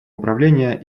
управления